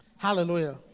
Hallelujah